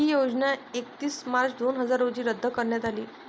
ही योजना एकतीस मार्च दोन हजार रोजी रद्द करण्यात आली